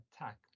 attack